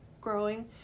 growing